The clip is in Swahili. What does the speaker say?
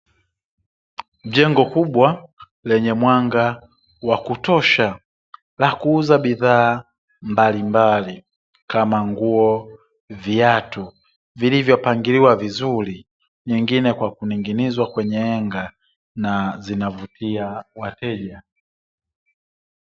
Jengo kubwa lenye mwanga wa kutosha la kuuza bidhaa mbalimbali kama: nguo, viatu vilivyopangiliwa vizuri;; nyingine kwa kuning'inizwa kwenye henga na zinavutia wateja.